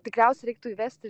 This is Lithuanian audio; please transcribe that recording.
tikriausiai reiktų įvesti